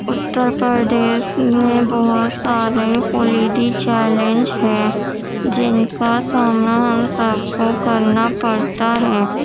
اتر پردیش میں بہت سارے کلیدی چیلنج ہیں جن کا سامنا ہم سب کو کرنا پڑتا ہے